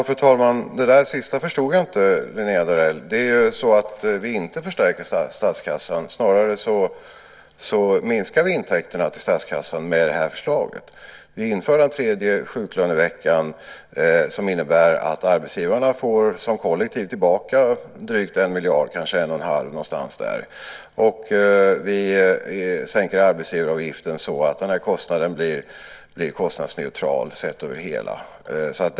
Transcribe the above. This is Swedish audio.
Fru talman! Det sista förstod jag inte, Linnéa Darell. Vi förstärker ju inte statskassan. Vi minskar snarare intäkterna till statskassan med det här förslaget. Vi inför den tredje sjuklöneveckan som innebär att arbetsgivarna som kollektiv får tillbaka drygt 1 miljard, kanske 1 1⁄2. Vi sänker arbetsgivaravgiften så att detta blir kostnadsneutralt totalt sett.